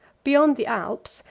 beyond the alps,